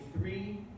three